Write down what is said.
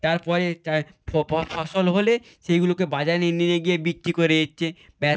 তারপরে ফসল হলে সেইগুলোকে বাজারে নিয়ে গিয়ে বিক্রি করে দিচ্ছে ব্যাস